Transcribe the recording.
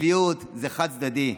הצביעות זה חד-צדדי.